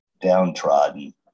downtrodden